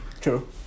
true